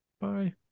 bye